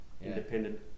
independent